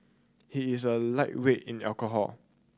he is a lightweight in the alcohol